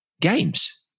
games